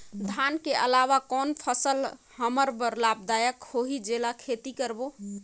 धान के अलावा कौन फसल हमर बर लाभदायक होही जेला खेती करबो?